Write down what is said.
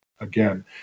again